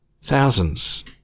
thousands